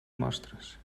mostres